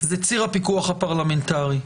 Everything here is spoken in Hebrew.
זה ציר הפיקוח הפרלמנטרי.